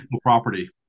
property